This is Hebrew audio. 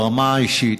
ברמה האישית,